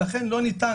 ולכן לא ניתן,